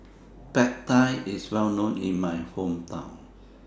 Pad Thai IS Well known in My Hometown